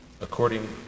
according